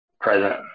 present